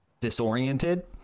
disoriented